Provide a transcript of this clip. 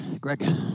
Greg